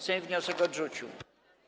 Sejm wniosek odrzucił.